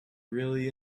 really